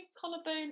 collarbone